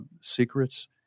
secrets